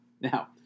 Now